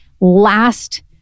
last